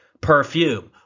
perfume